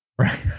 Right